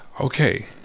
Okay